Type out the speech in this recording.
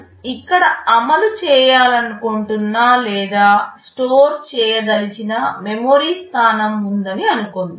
మనం ఇక్కడ అమలు చేయాలనుకుంటున్న లేదా స్టోర్ చేయదలిచిన మెమరీ స్థానం ఉందని అనుకుందాం